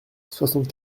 soixante